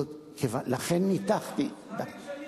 כשיש אחוז חריג של נכשלים.